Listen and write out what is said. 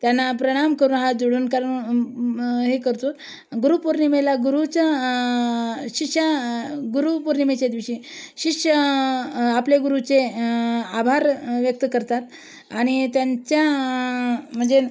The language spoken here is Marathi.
त्यांना प्रणाम करून हात जोडून कारण म् हे करतो आहोत गुरुपौर्णिमेला गुरूच्या शिष्या गुरुपौर्णिमेच्या दिवशी शिष्य आपल्या गुरूचे आभार व्यक्त करतात आणि त्यांच्या म्हणजे